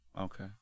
Okay